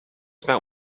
about